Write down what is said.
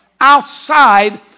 outside